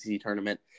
tournament